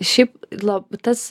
šiaip lab tas